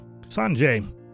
Sanjay